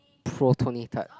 protonated